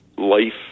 life